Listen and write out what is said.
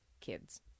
kids